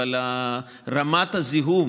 אבל רמת הזיהום